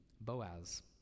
Boaz